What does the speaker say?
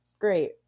great